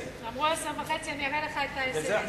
אמרו 22:30. אמרו 22:30, אראה לך את האס.אם.אס.